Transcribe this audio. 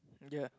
ya